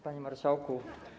Panie Marszałku!